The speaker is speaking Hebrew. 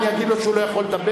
אני אגיד לו שהוא לא יכול לדבר?